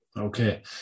okay